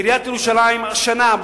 עיריית ירושלים תעלה השנה,